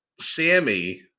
Sammy